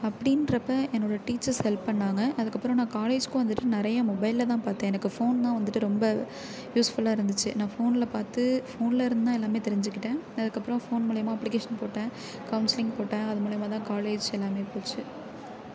அப்படின்றப்ப என்னோடய teachers help பண்ணிணாங்க அதுக்கப்புறம் நான் காலேஜுக்கும் வந்துட்டு நிறைய மொபைலில்தான் பார்த்தேன் எனக்கு ஃபோன் தான் வந்துட்டு ரொம்ப யூஸ்ஃபுல்லாக இருந்துச்சு நான் ஃபோனில் பார்த்து ஃபோன்லிருந்துதான் எல்லாமே தெரிஞ்சுகிட்டேன் அதுக்கப்புறம் ஃபோன் மூலயமா அப்ளிகேஷன் போட்டேன் கவுன்சிலிங் போட்டேன் அது மூலயமாதான் காலேஜ் எல்லாமே போச்சு